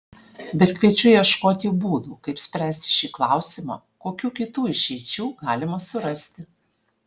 bet kviečiu ieškoti būdų kaip spręsti šį klausimą kokių kitų išeičių galima surasti